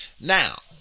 Now